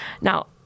now